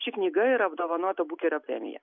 ši knyga yra apdovanota bukerio premija